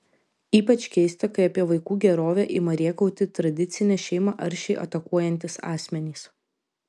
ypač keista kai apie vaikų gerovę ima rėkauti tradicinę šeimą aršiai atakuojantys asmenys